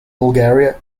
bulgaria